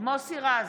מוסי רז,